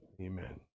Amen